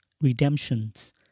redemptions